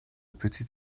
petit